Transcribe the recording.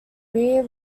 rear